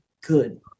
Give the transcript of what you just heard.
good